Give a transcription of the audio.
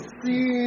see